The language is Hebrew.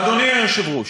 אדוני היושב-ראש,